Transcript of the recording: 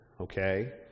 okay